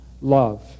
love